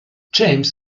james